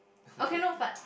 okay no but